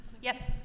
Yes